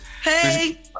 Hey